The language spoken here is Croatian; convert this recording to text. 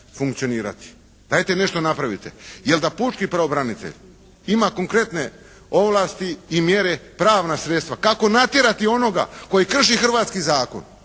Dajte nešto napravite. Jer da pučki pravobranitelj ima konkretne ovlasti i mjere pravna sredstva, kako natjerati onoga koji krši hrvatski zakon.